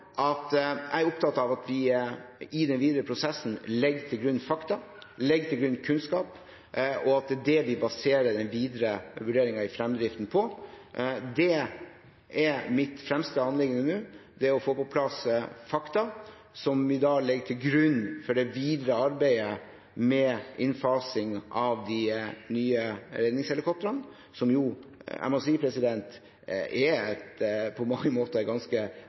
er det vi baserer den videre vurderingen av fremdriften på. Det er mitt fremste anliggende nå å få på plass fakta, som vi da legger til grunn for det videre arbeidet med innfasing av de nye redningshelikoptrene, som jeg må si på mange måter er ganske